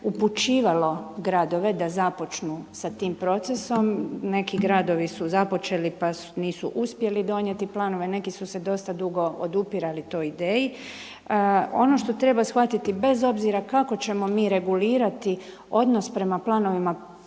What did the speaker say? upućivalo gradove da započnu sa tim procesom. Neki gradovi su započeli pa nisu uspjeli donijeti planove, neki su se dosta dugo odupirali toj ideji. Ono što treba shvatiti bez obzira kako ćemo mi regulirati odnos prema planovima